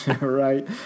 Right